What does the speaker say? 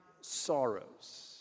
sorrows